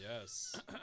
Yes